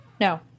No